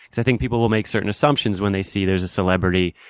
i think people will make certain assumptions when they see there's a celebrity,